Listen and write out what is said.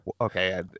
okay